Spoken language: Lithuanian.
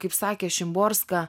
kaip sakė šimborska